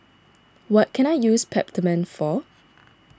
what can I use Peptamen for